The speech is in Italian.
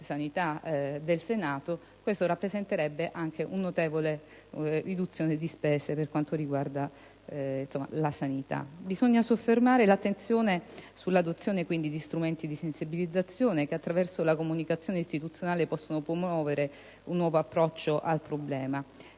ricordato in Commissione sanità) una notevole riduzione di spesa per quanto riguarda la sanità. Bisogna soffermare l'attenzione sull'adozione di strumenti di sensibilizzazione che, attraverso la comunicazione istituzionale, possano promuovere un nuovo approccio al problema.